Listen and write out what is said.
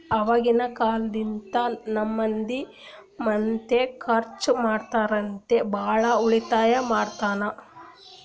ಅವಾಗಿಂದ ಕಾಲ್ನಿಂತ ನಮ್ದು ಮುತ್ಯಾ ಖರ್ಚ ಮಾಡ್ಲಾರದೆ ಭಾಳ ಉಳಿತಾಯ ಮಾಡ್ಯಾನ್